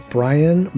Brian